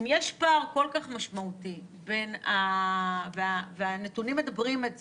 אם יש פער כל כך משמעותי והנתונים מדברים את זה,